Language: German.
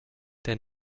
der